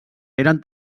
eren